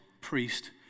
priest